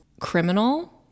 Criminal